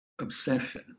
obsession